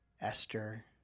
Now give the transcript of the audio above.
Esther